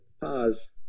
Pause